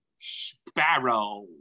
Sparrow